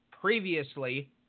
Previously